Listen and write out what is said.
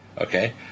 okay